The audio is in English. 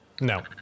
No